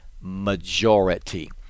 majority